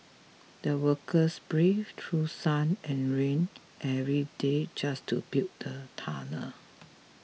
the workers braved through sun and rain every day just to build the tunnel